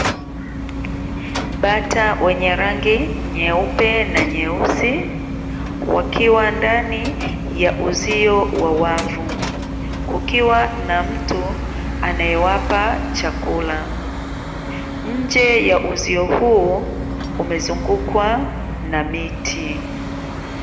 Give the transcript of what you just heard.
Bata wenye rangi nyeupe na nyeusi wakiwa ndani ya uzio wa wavu, kukiwa na mtu anewapa chakula. Nje ya uzio huu umezungukwa na miti.